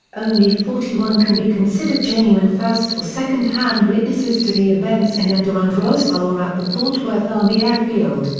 only forty one can be considered genuine first or second-hand witnesses to the events in and around roswell or at the fort worth army air field,